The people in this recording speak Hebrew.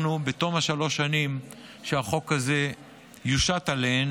אנחנו, בתום שלוש השנים שהחוק הזה יושת בהן,